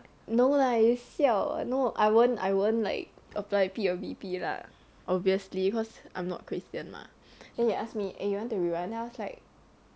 no lah you siao ah no I won't I won't like apply P or V_P lah obviously cause I'm not christian mah then he ask me and you want to rerun then I was like